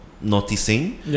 noticing